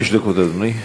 חמש דקות לאדוני.